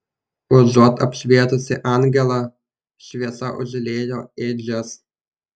užuot apšvietusi angelą šviesa užliejo ėdžias